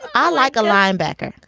ah like a linebacker.